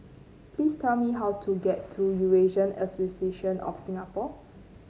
please tell me how to get to Eurasian Association of Singapore